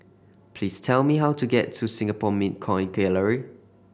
please tell me how to get to Singapore Mint Coin Gallery